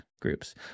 groups